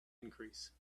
increase